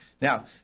Now